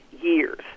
years